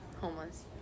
homeless